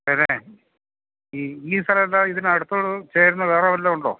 പിന്നെ ഇനിയും സ്ഥലം ഉണ്ടോ ഇതിനടുത്ത് വല്ലതും ചേർന്ന് വേറെ വല്ലതും ഉണ്ടോ